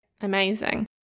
Amazing